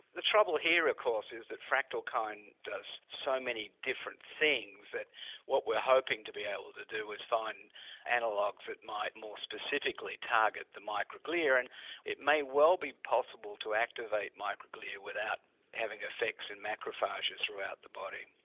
the trouble here of course is that fractalkine does so many different things that what we're hoping to be able to do is find analogues that might more specifically target the microglia and it may well be possible to activate microglia without having effects in macrophages throughout the body.